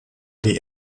die